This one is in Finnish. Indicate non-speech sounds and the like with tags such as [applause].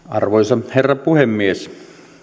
[unintelligible] arvoisa herra puhemies